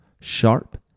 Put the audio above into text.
sharp